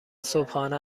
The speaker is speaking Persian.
صبحانه